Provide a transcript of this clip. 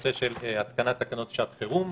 בנושא של התקנת תקנות לשעת חירום.